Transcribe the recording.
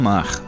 Mar